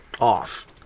off